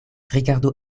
rigardu